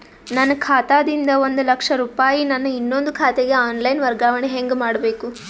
ನನ್ನ ಖಾತಾ ದಿಂದ ಒಂದ ಲಕ್ಷ ರೂಪಾಯಿ ನನ್ನ ಇನ್ನೊಂದು ಖಾತೆಗೆ ಆನ್ ಲೈನ್ ವರ್ಗಾವಣೆ ಹೆಂಗ ಮಾಡಬೇಕು?